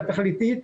התכליתית,